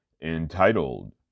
entitled